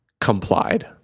complied